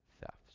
thefts